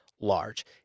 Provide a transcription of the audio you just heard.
Large